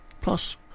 Plus